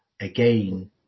again